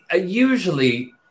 usually